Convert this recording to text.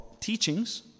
teachings